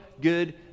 good